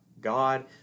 God